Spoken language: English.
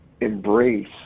embrace